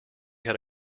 had